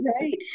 right